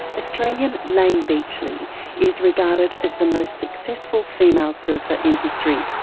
australian layne beachley is regarded as the most successful female surfer in history.